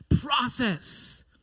process